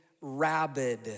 rabid